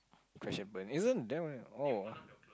crash and burn isn't that one oh